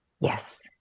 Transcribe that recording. Yes